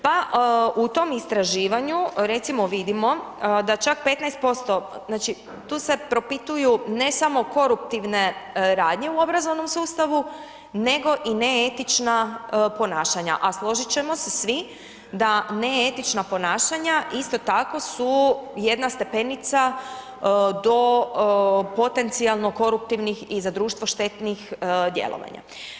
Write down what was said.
Pa u tom istraživanju, recimo vidimo, da čak 15%, znači tu se propituju, ne samo koruptivne radnje u obrazovnog sustavu, nego i neetična ponašanja, a složiti ćemo se svi, da neetična ponašanja, isto tako su jedna stepenica do potencijalnim koruptivnih i za društvo štetnih djelovanja.